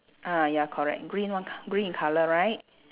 ah ya correct green green in colour right